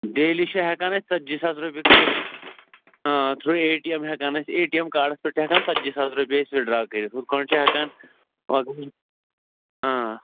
daily چھِ ہٮ۪کان أسۍ ژَتجی ساس رۄپیہِ کٔرِتھ تھرٛوٗ اے ٹی ایٚم ہٮ۪کان أسۍ اے ٹی ایٚم کارڈَس پٮ۪ٹھ چھِ ہٮ۪کان ژَتجی ساس رۄپیہِ أسۍ وِدڈرٛا کٔرِتھ ہُتھٕ پٲٹھۍ چھِ ہٮ۪کان آ